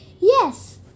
Yes